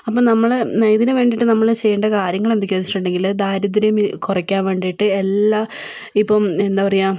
അപ്പം നമ്മൾ എന്ന ഇതിനു വേണ്ടീട്ട് നമ്മൾ ചെയ്യേണ്ട കാര്യങ്ങളെന്തൊക്കെയാന്ന് വെച്ചിട്ടുണ്ടെങ്കിൽ ദാരിദ്ര്യം കുറക്കാൻ വേണ്ടീട്ട് എല്ലാ ഇപ്പം എന്താ പറയാ